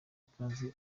ikaze